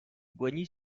bogny